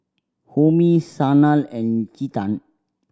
Homi Sanal and Chetan